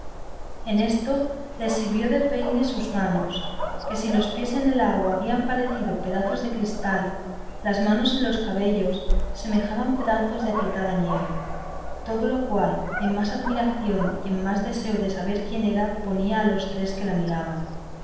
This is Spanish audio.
en esto les sirvió de peine unas manos que si los pies en el agua habían parecido pedazos de cristal las manos en los cabellos semejaban pedazos de apretada nieve todo lo cual en más admiración y en más deseo de saber quién era ponía a los tres que la miraban